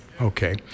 Okay